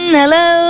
hello